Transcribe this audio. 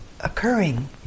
occurring